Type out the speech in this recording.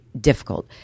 difficult